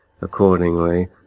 accordingly